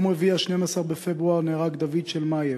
ביום רביעי 12 בפברואר נהרג דוד שלמייב,